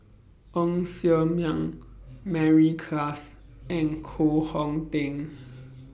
Ng Ser Miang Mary Klass and Koh Hong Teng